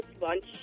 lunch